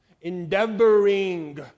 endeavoring